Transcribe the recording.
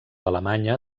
alemanya